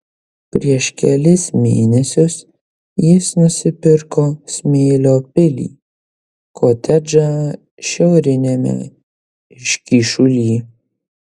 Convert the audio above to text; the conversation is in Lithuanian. prieš kelis mėnesius jis nusipirko smėlio pilį kotedžą šiauriniame iškyšuly